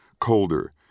colder